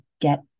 get